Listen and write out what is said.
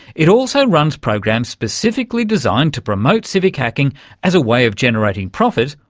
it also runs programs specifically designed to promote civic hacking as a way of generating profit,